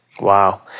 Wow